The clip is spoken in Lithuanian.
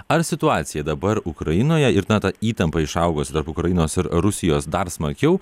ar situacija dabar ukrainoje ir na ta įtampa išaugusi tarp ukrainos ir rusijos dar smarkiau